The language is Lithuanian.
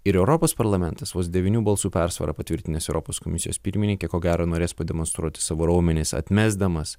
ir europos parlamentas vos devynių balsų persvara patvirtinęs europos komisijos pirmininkę ko gero norės pademonstruoti savo raumenis atmesdamas